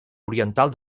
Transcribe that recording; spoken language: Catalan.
oriental